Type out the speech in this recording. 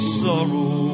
sorrow